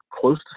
close